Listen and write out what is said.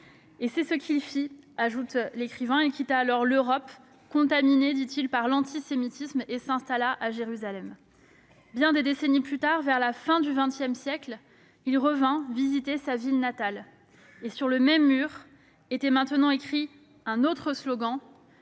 » C'est ce qu'il fit, ajoute Amos Oz. Il quitta l'Europe contaminée par l'antisémitisme et s'installa à Jérusalem. Bien des décennies plus tard, vers la fin du XX siècle, il revint visiter sa ville natale. Sur le même mur était maintenant écrit un autre slogan